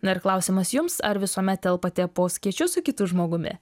na ir klausimas jums ar visuomet telpate po skėčiu su kitu žmogumi